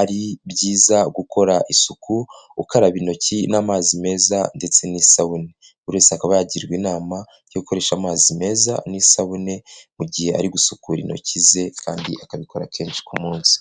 ari byiza gukora isuku ukaraba intoki n'amazi meza ndetse n'isabune, buri wese akaba yagirwa inama yo gukoresha amazi meza n'isabune mu gihe ari gusukura intoki ze kandi akabikora kenshi ku munsi